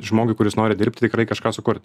žmogui kuris nori dirbti tikrai kažką sukurt